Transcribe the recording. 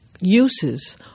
uses